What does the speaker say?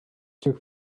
took